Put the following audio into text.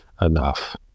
enough